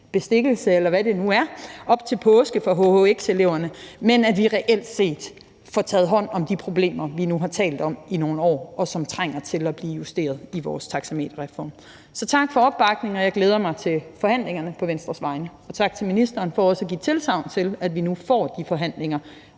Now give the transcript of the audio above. bestikkelse, eller hvad det nu er – fra hhx-eleverne, men reelt set får taget hånd om de problemer, vi nu har talt om i nogle år, og som trænger til at blive justeret i vores taxameterreform. Så tak for opbakningen, og jeg glæder mig til forhandlingerne på Venstres vegne. Tak til ministeren for også at give tilsagn til, at vi nu får de forhandlinger,